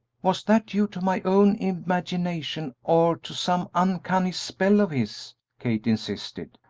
was that due to my own imagination or to some uncanny spell of his? kate insisted.